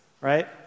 right